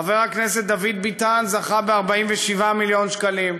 חבר הכנסת דוד ביטן זכה ב-47 מיליון שקלים,